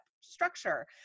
structure